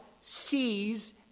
sees